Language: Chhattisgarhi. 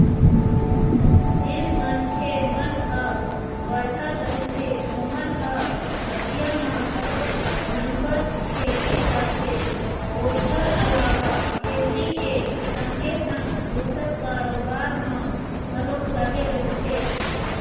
जेन मनखे मन ह बड़हर रहिथे ओमन ह अधिया म घलोक नंगत खेती करथे ओखर अलावा खेती के संगे संग दूसर कारोबार म घलोक लगे रहिथे